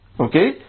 Okay